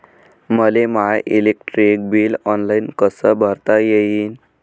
मले my electric bill online कस भरता येईन?